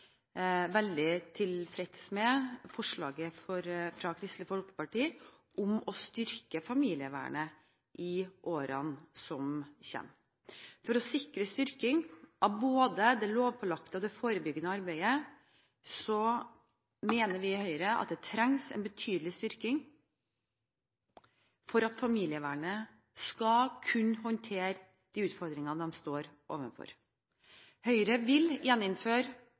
veldig tilfreds med forslaget fra Kristelig Folkeparti om å styrke familievernet i årene som kommer. For å sikre både det lovpålagte og det forebyggende arbeidet mener vi i Høyre at det trengs en betydelig styrking for at familievernet skal kunne håndtere de utfordringene de står overfor. Høyre vil gjeninnføre